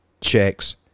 checks